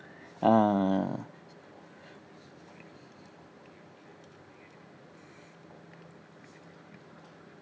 ah